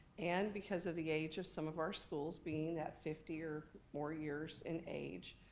and because of the age of some of our schools being that fifty or more years in age,